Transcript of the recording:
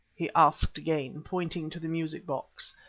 he asked again, pointing to the music box,